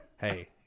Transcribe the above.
Hey